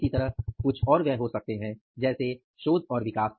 इसी तरह कुछ और व्यय हो सकते हैं जैसे शोध और विकास